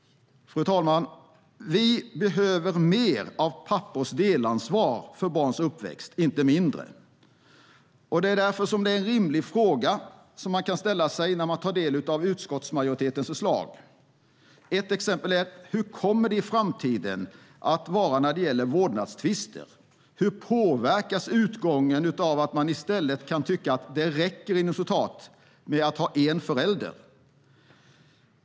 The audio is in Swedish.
Fru talman! Vi behöver mer av pappors delansvar för barns uppväxt, inte mindre. Det är därför som en rimlig fråga man kan ställa sig när man tar del av utskottsmajoritetens förslag är: Hur påverkas i framtiden utgången av vårdnadstvister av att man i stället kan tycka att det "räcker" att ha en förälder?